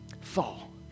fall